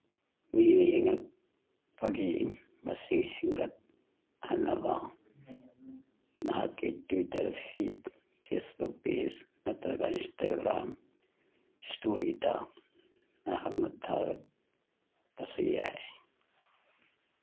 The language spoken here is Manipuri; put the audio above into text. ꯃꯤꯅ ꯌꯦꯡꯉꯛꯄꯒꯤ ꯃꯁꯤꯡ ꯍꯦꯟꯒꯠꯍꯟꯅꯕ ꯅꯍꯥꯛꯀꯤ ꯇ꯭ꯋꯤꯇꯔ ꯐꯤꯠ ꯐꯦꯁꯕꯨꯛ ꯄꯦꯖ ꯅꯠꯇ꯭ꯔꯒ ꯏꯟꯁꯇꯥꯒ꯭ꯔꯥꯝ ꯏꯁꯇꯣꯔꯤꯗ ꯅꯍꯥꯛꯅ ꯊꯥꯒꯠꯄꯁꯨ ꯌꯥꯏ